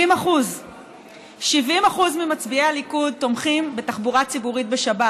70%. 70% ממצביעי הליכוד תומכים בתחבורה ציבורית בשבת.